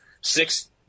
six